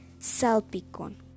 salpicón